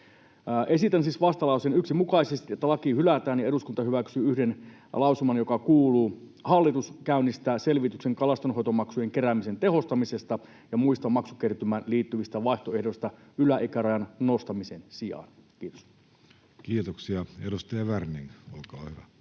Esitän siis vastalauseen 1 mukaisesti, että laki hylätään ja eduskunta hyväksyy yhden lausuman, joka kuuluu: ”Hallitus käynnistää selvityksen kalastonhoitomaksujen keräämisen tehostamisesta ja muista maksukertymään liittyvistä vaihtoehdoista yläikärajan nostamisen sijaan.” — Kiitos. [Speech 326] Speaker: